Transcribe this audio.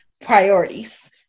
Priorities